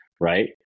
right